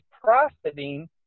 profiting